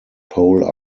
pole